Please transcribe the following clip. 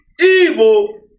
evil